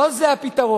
לא זה הפתרון.